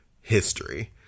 history